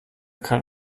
kann